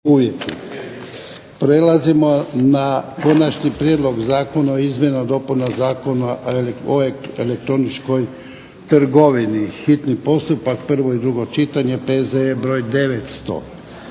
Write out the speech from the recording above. Prelazimo na - Konačni prijedlog zakona o izmjenama i dopunama Zakona o elektroničkoj trgovini, hitni postupak, prvo i drugo čitanje, P.Z.E. br. 900